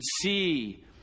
see